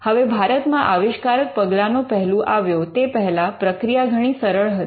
હવે ભારતમાં આવિષ્કારક પગલાનો પહેલું આવ્યો તે પહેલા પ્રક્રિયા ઘણી સરળ હતી